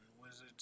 wizards